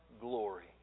glory